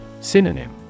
Synonym